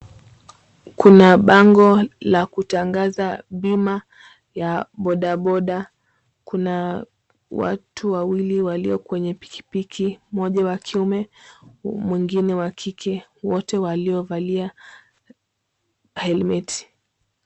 Kuna bango la kutangaza bima ya bodaboda. Kuna watu wawili walio kwenye pikipiki mmoja wa kiume mwingine wa kiume wote walio valia helmeti.